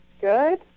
Good